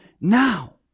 now